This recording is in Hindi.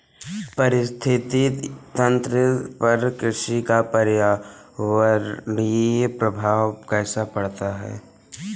पारिस्थितिकी तंत्र पर कृषि का पर्यावरणीय प्रभाव कैसा होता है?